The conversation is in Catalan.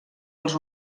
els